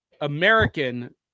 American